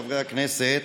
חברי הכנסת,